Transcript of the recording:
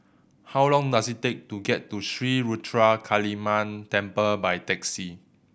how long does it take to get to Sri Ruthra Kaliamman Temple by taxi